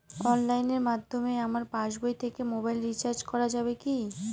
অনলাইনের মাধ্যমে আমার পাসবই থেকে মোবাইল রিচার্জ করা যাবে কি?